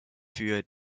für